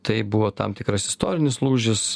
tai buvo tam tikras istorinis lūžis